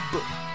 Book